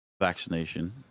vaccination